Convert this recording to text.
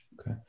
Okay